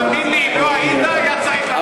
תאמין לי, אם לא היית, היה צריך להמציא אותך.